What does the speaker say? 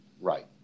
Right